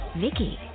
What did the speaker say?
vicky